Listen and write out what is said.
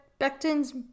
Becton's